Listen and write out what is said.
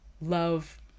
love